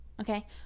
okay